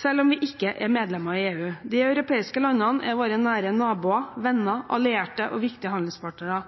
selv om vi ikke er medlem av EU. De europeiske landene er våre nære naboer, venner, allierte og viktige handelspartnere.